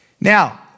Now